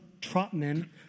Trotman